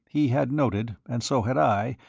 he had noted, and so had i,